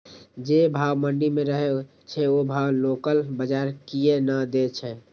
जे भाव मंडी में रहे छै ओ भाव लोकल बजार कीयेक ने दै छै?